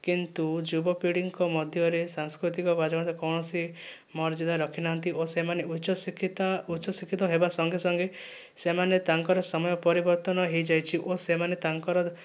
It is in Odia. କିନ୍ତୁ ଯୁବପିଢ଼ିଙ୍କ ମଧ୍ୟରେ ସାଂସ୍କୃତିକ କୌଣସି ମର୍ଯ୍ୟାଦା ରଖିନାହାଁନ୍ତି ଓ ସେମାନେ ଉଚ୍ଚଶିକ୍ଷିତ ଉଚ୍ଚଶିକ୍ଷିତ ହେବା ସଙ୍ଗେ ସଙ୍ଗେ ସେମାନେ ତାଙ୍କର ସମୟ ପରିବର୍ତ୍ତନ ହୋଇଯାଇଛି ଓ ସେମାନେ ତାଙ୍କର